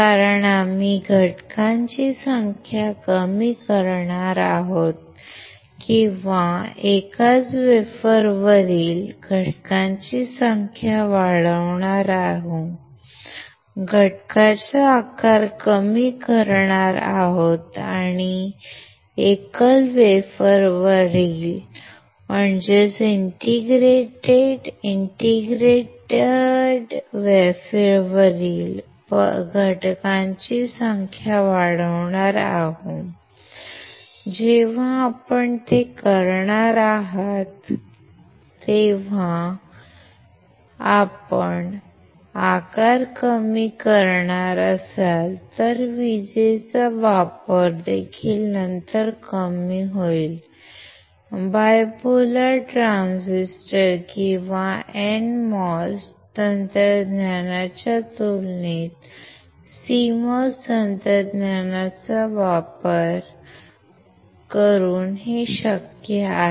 कारण आम्ही घटकांची संख्या कमी करणार आहोत किंवा एकाच वेफरवरील घटकांची संख्या वाढवणार आहोत घटकाचा आकार कमी करणार आहोत आणि एकल वेफरवरील घटकांची संख्या वाढवणार आहोत जेव्हा आपण ते करणार आहात जेव्हा आपण आकार कमी करणार असाल तर विजेचा वापर देखील नंतर कमी होईल द्विध्रुवीय ट्रान्झिस्टर किंवा NMOS तंत्रज्ञानाच्या तुलनेत CMOS तंत्रज्ञानाचा वापर करून हे शक्य आहे